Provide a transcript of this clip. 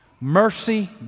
Mercy